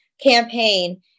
campaign